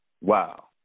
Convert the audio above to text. Wow